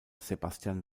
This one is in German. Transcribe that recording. sebastian